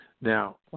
Now